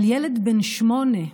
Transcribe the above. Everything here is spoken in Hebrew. אבל ילד בן שמונה,